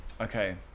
Okay